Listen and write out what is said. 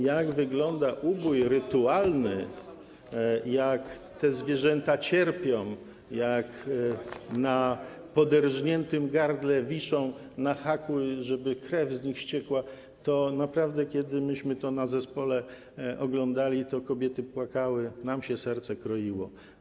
jak wygląda ubój rytualny, jak te zwierzęta cierpią, jak na poderżniętym gardle wiszą na haku, żeby krew z nich ściekła, to, naprawdę, kiedy myśmy to oglądali na posiedzeniu zespołu, to kobiety płakały, nam się serce kroiło.